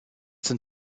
some